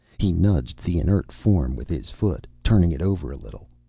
he nudged the inert form with his foot, turning it over a little.